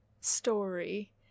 story